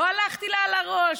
לא הלכתי לה על הראש,